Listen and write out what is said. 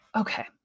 okay